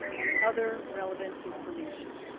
and other relevant information.